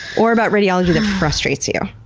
or about radiology that frustrates you?